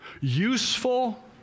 useful